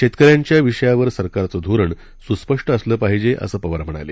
शेतकऱ्यांच्या विषयावर सरकारचं धोरण सुस्पष्ट असलं पाहिजे असं पवार म्हणाले